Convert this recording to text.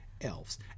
elves